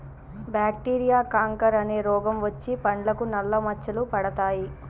bacteria canker అనే రోగం వచ్చి పండ్లకు నల్ల మచ్చలు పడతాయి